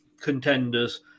contenders